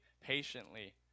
patiently